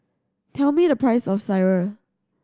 tell me the price of Sireh